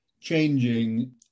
changing